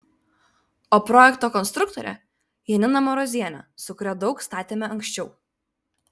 o projekto konstruktorė janina marozienė su kuria daug statėme anksčiau